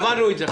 עברנו את זה.